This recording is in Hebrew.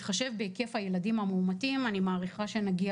אבל בהתחשב בהיקף הילדים המאומתים אני מעריכה שנגיע